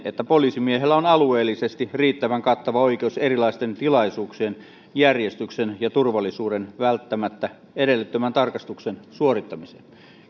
että poliisimiehellä on alueellisesti riittävän kattava oikeus erilaisten tilaisuuksien järjestyksen ja turvallisuuden välttämättä edellyttämän tarkastuksen suorittamiseen